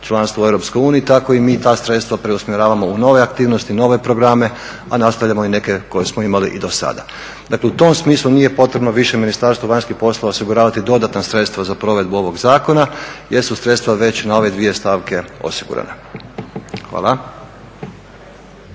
članstvo u EU tako i mi ta sredstva preusmjeravamo u nove aktivnosti, nove programe a nastavljamo i neke koje smo imali i dosada. Dakle, u tom smislu nije potrebno više Ministarstvo vanjskih poslova osiguravati dodatna sredstva za provedbu ovog zakona jer su sredstva već na ove dvije stavke osigurana. Hvala.